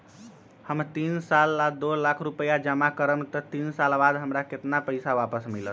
हम तीन साल ला दो लाख रूपैया जमा करम त तीन साल बाद हमरा केतना पैसा वापस मिलत?